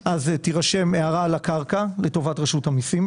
תירשם הערה על הקרקע בעצם לטובת רשות המיסים.